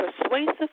persuasive